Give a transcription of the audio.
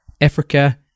Africa